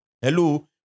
Hello